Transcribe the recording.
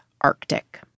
Arctic